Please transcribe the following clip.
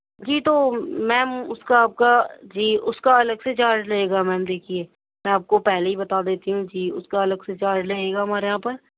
جی تو میم اُس کا آپ کا جی اُس کا الگ سے چارج لگے گا میم دیکھئے میں آپ کو پہلے ہی بتا دیتی ہوں جی اُس کا الگ سے چارج لگے گا ہمارے یہاں پر